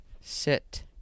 Sit